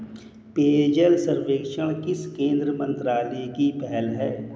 पेयजल सर्वेक्षण किस केंद्रीय मंत्रालय की पहल है?